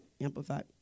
Amplified